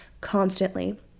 constantly